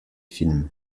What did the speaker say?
films